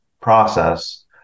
process